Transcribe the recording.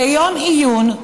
ביום עיון,